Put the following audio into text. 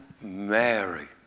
Mary